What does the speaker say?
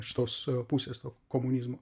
iš tos pusės komunizmo